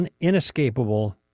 inescapable